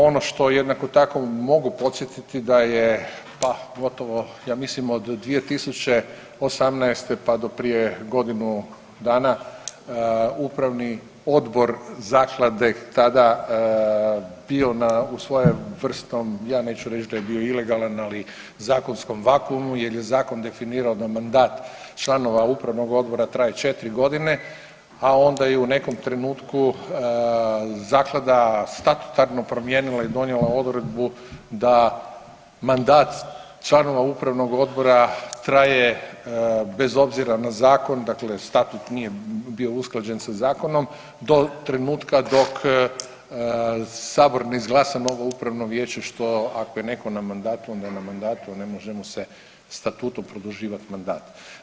Ono što jednako tako mogu podsjetiti da je, pa gotovo ja mislim od 2018., pa do prije godinu dana upravni odbor zaklade tada bio u svojevrsnom, ja neću reć da je bio ilegalan, ali zakonskom vakumu jel je zakon definirao da mandat članova upravnog odbora traje 4.g., a onda je u nekom trenutku zaklada statutarno promijenila i donijela odredbu da mandat članova upravnog odbora traje bez obzira na zakon, dakle statut nije bio usklađen sa zakonom do trenutka dok sabor ne izglasa novo upravno vijeće, što ako je neko na mandatu onda je na mandatu, ne može mu se statutom produživat mandat.